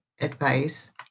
Advice